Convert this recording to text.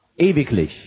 Ewiglich